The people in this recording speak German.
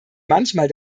manchmal